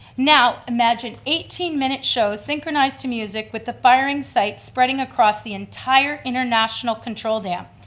now imagine eighteen minute shows synchronized to music with the firing sights spreading across the entire international control dam.